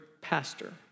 pastor